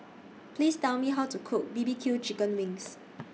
Please Tell Me How to Cook B B Q Chicken Wings